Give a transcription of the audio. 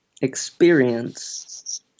experience